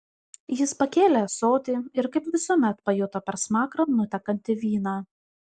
jis pakėlė ąsotį ir kaip visuomet pajuto per smakrą nutekantį vyną